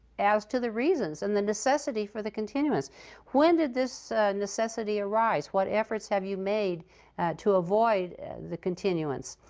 as to the reasons and the necessity for the continuance when did this necessity arise? what efforts have you made to avoid the continuance?